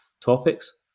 topics